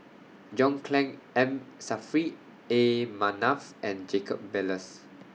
John Clang M Saffri A Manaf and Jacob Ballas